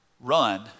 run